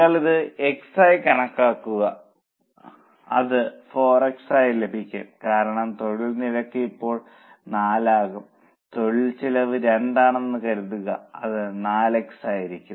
നിങ്ങൾ ഇത് x ആയി കണക്കാക്കുക അത് 4 x ആയി ലഭിക്കും കാരണം തൊഴിൽ നിരക്ക് ഇപ്പോൾ 4 ആകും തൊഴിൽ ചെലവ് 2 ആണെന്ന് കരുതുക അത് 4 x ആയിരിക്കും